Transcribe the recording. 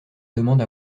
demande